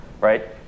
right